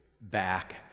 back